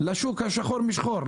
לשוק השחור משחור.